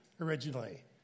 originally